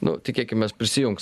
nu tikėkimės prisijungs